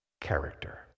character